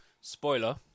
spoiler